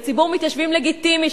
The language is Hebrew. בציבור מתיישבים לגיטימי.